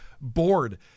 bored